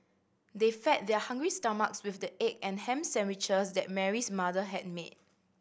they fed their hungry stomachs with the egg and ham sandwiches that Mary's mother had made